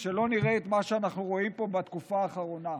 ושלא נראה את מה שאנחנו רואים פה בתקופה האחרונה.